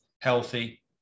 healthy